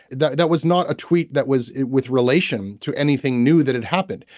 that that was not a tweet that was with relation to anything new that had happened.